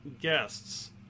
guests